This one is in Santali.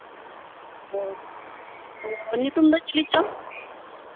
ᱚ ᱧᱩᱛᱩᱢ ᱫᱚ ᱪᱤᱞᱤ ᱪᱚᱝ